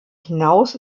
hinaus